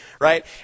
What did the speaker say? right